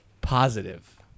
positive